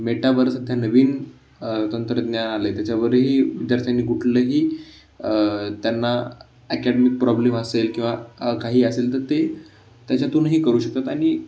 मेटावर सध्या नवीन तंत्रज्ञान आलं आहे त्याच्यावरही विद्यार्थ्यांनी कुठलंही त्यांना अकॅडमिक प्रॉब्लेम असेल किंवा काही असेल तर ते त्याच्यातूनही करू शकतात आणि